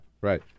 right